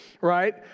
right